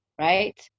right